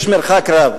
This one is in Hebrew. יש מרחק רב.